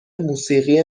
موسیقی